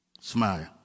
smile